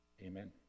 Amen